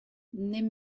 nimm